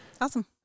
Awesome